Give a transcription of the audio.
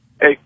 Hey